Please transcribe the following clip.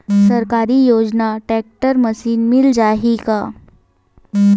सरकारी योजना tractor machine मिल जाही का?